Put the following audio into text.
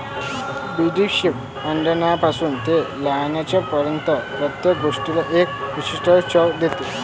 बडीशेप अंड्यापासून ते लोणच्यापर्यंत प्रत्येक गोष्टीला एक विशिष्ट चव देते